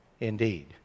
Indeed